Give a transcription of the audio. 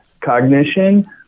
cognition